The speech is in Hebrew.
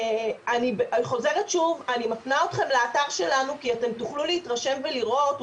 אני מפנה אתכם לאתר שלנו כי אתם תוכלו להתרשם ולראות.